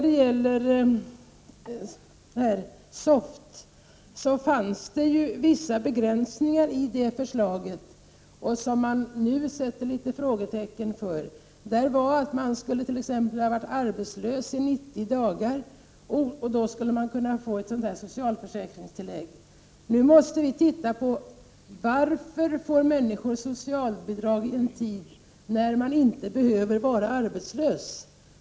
Det fanns vissa begränsningar i förslaget om SOFT, som man nu sätter frågetecken för. Man skulle t.ex. ha varit arbetslös i 90 dagar för att få ett sådant här socialförsäkringstillägg. Nu måste vi studera varför människor får socialbidrag i en tid när man inte behöver vara arbetslös.